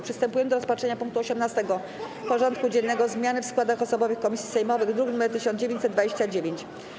Przystępujemy do rozpatrzenia punktu 18. porządku dziennego: Zmiany w składach osobowych komisji sejmowych (druk nr 1929)